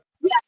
Yes